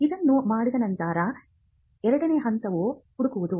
ಇದನ್ನು ಮಾಡಿದ ನಂತರ ಎರಡನೇ ಹಂತವು ಹುಡುಕುವುದು